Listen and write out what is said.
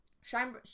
shine